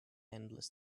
endless